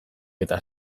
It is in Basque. eta